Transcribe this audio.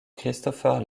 christopher